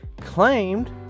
claimed